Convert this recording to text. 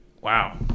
Wow